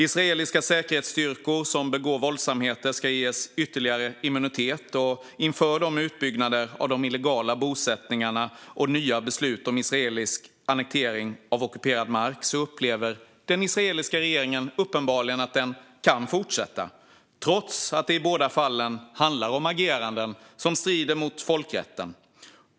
Israeliska säkerhetsstyrkor som begår våldsamheter ska ges ytterligare immunitet, och inför de utbyggnader av de illegala bosättningarna och nya beslut om israelisk annektering av ockuperad makt upplever den israeliska regeringen uppenbarligen att den kan fortsätta, trots att det i båda fallen handlar om ageranden som strider mot folkrätten.